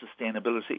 sustainability